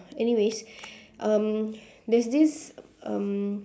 anyways um there's this um